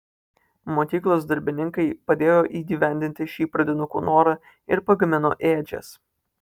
mokyklos darbininkai padėjo įgyvendinti šį pradinukų norą ir pagamino ėdžias